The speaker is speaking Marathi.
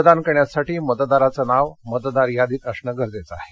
मतदान करण्यासाठी मतदाराचं नाव मतदार यादीत असणं गरजेचं आहे